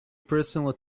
personal